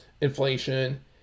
inflation